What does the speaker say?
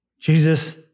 Jesus